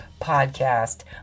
podcast